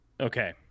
Okay